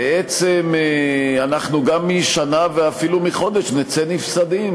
בעצם אנחנו גם משנה ואפילו מחודש נצא נפסדים,